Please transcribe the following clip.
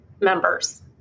members